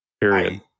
Period